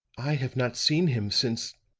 i have not seen him since